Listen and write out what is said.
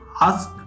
ask